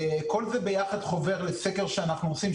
כל זה ביחד חובר לסקר שאנחנו עושים,